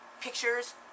Pictures